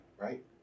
right